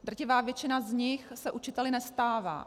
Drtivá většina z nich se učiteli nestává.